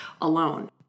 alone